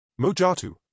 Mojatu